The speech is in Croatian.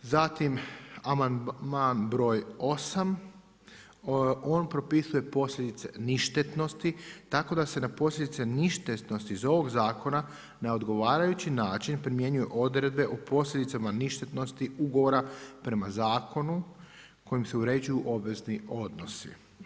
Zatim amandman broj 8. On propisuje posljedice ništetnosti tako da se na posljedice ništetnosti iz ovog zakona na odgovarajući način primjenjuju odredbe o posljedicama ništetnosti ugovora prema zakonu kojim se uređuju obvezni odnosi.